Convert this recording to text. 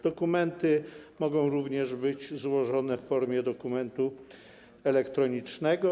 Dokumenty mogą być również złożone w formie dokumentu elektronicznego.